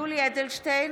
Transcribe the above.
יולי יואל אדלשטיין,